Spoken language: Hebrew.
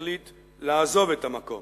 החליט לעזוב את המקום.